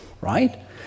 right